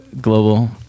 global